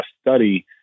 study